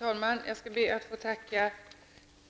Herr talman! Jag skall be att få tacka